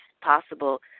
possible